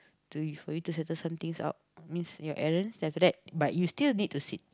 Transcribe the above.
to for you to settle some things out means your errands then after that but you still need to sit